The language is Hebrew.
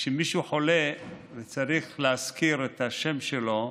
כאשר מישהו חולה וצריך להזכיר את השם שלו,